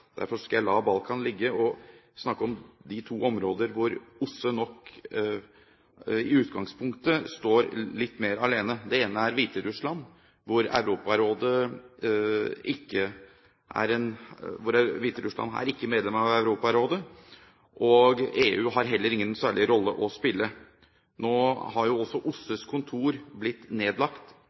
Derfor skal jeg la Balkan ligge og snakke om de to områdene hvor OSSE nok i utgangspunktet står litt mer alene. Det ene er Hviterussland. Hviterussland er ikke medlem av Europarådet, og EU har heller ingen særlig rolle å spille. Nå har også OSSEs kontor blitt nedlagt,